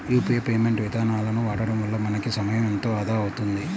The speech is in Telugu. యూపీఐ పేమెంట్ ఇదానాలను వాడడం వల్ల మనకి సమయం ఎంతో ఆదా అవుతుంది